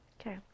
Okay